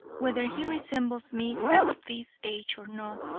whether he resembles me at this age or not,